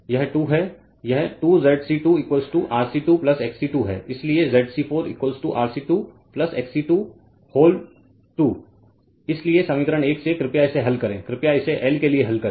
यह 2 है यह 2 ZC 2 RC 2 XC 2 है इसलिए ZC 4 RC 2 XC 2 व्होल 2 इसलिए समीकरण 1 से कृपया इसे हल करें कृपया इसे L के लिए हल करें